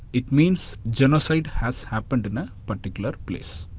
it means genocide has happened in a particular place.